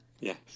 Yes